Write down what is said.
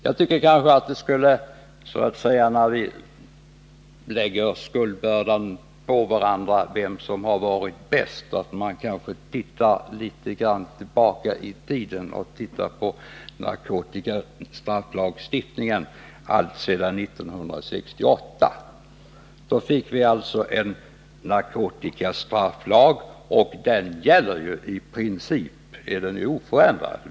När vi diskuterar vem som varit bäst och lägger skuldbördan på varandra, bör vi kanske titta litet tillbaka i tiden och se på narkotikalagstiftningen alltsedan 1968. Då fick vi alltså en narkotikastrafflag, och den gäller i princip fortfarande oförändrad.